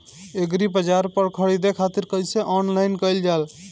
एग्रीबाजार पर खरीदे खातिर कइसे ऑनलाइन कइल जाए?